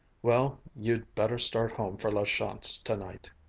well, you'd better start home for la chance tonight,